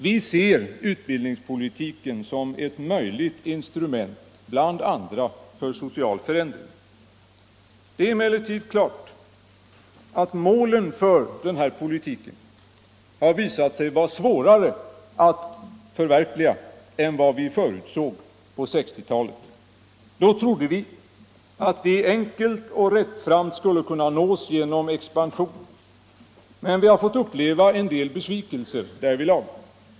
Vi ser utbildningspolitiken som ett instrument bland andra för social förändring. Det är emellertid klart att målen för den här politiken har visat sig vara svårare att förverkliga än vad vi förutsåg på 1960-talet. Då trodde vi att de enkelt och rättframt skulle kunna nås genom expansion, men vi har fått uppleva en del besvikelser därvidlag.